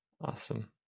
Awesome